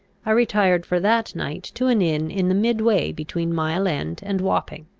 i retired for that night to an inn in the midway between mile-end and wapping.